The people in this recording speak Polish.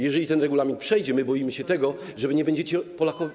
Jeżeli ten regulamin przejdzie, my boimy się tego, że wy nie będziecie Polakom.